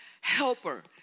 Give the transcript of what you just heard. helper